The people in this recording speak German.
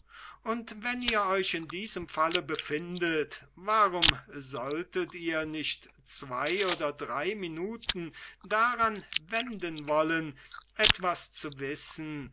und wenn ihr euch in diesem falle befindet warum solltet ihr nicht zwo oder drei minuten daran wenden wollen etwas zu wissen